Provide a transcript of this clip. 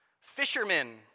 fishermen